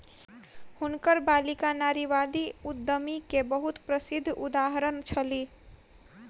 हुनकर बालिका नारीवादी उद्यमी के बहुत प्रसिद्ध उदाहरण छली